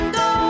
go